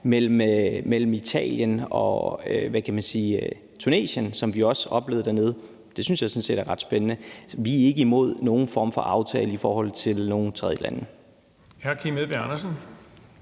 mellem Italien og Tunesien, som vi oplevede dernede, er ret spændende. Vi er ikke imod nogen form for aftale i forhold til nogen tredjelande.